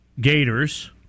gators